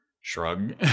Shrug